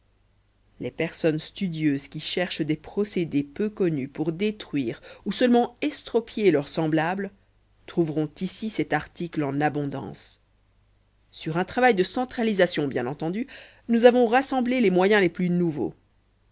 les personnes studieuses qui cherchent des procédés peu connus pour détruire ou seulement estropier leurs semblables trouveront ici cet article en abondance sur un travail de centralisation bien entendu nous avons rassemblé les moyens les plus nouveaux